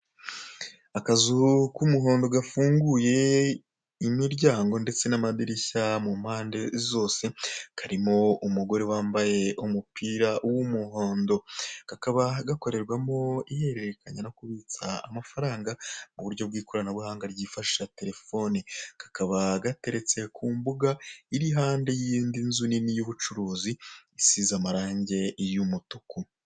Akazu k'umuhondo gafunguye imiryango ndetse n'amadirishya mu mpande zose, karimo umugore wambaye umupira w'umuhondo. Kakaba gakorerwamo ihererekanya no kubitsa amafaranga mu buryo bw'ikoranabuhanga ryifashisha telefoni, kakaba gateretse ku mbuga iruhande y'indi nzu nini y'ubucuruzi isize amarangi y'umutuku.